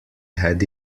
had